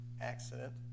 accident